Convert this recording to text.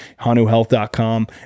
hanuhealth.com